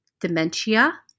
dementia